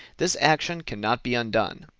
this action can not be undone.